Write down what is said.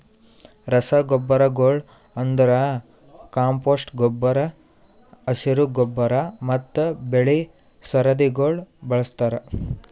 ರಸಗೊಬ್ಬರಗೊಳ್ ಅಂದುರ್ ಕಾಂಪೋಸ್ಟ್ ಗೊಬ್ಬರ, ಹಸಿರು ಗೊಬ್ಬರ ಮತ್ತ್ ಬೆಳಿ ಸರದಿಗೊಳ್ ಬಳಸ್ತಾರ್